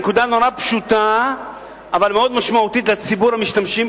היא נקודה נורא פשוטה אבל מאוד משמעותית לציבור המשתמשים.